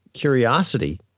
curiosity